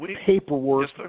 paperwork